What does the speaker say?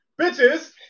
Bitches